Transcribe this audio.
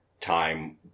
time